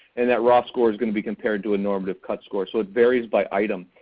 and that raw score is going to be compared to a normative cut score so it varies by item.